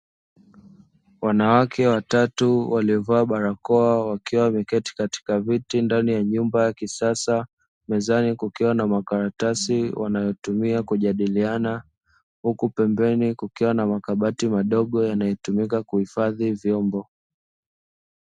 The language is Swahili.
Wanawake watatu waliovaa barakoa, wakiwa katika viti ndani ya nyumba ya kisasa. Mezani kukiwa na makaratasi wanayotumia kujadiliana, huku pembeni kukiwa na makabati madogo yanayotumika kuhifadhi vyombo.